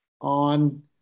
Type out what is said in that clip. on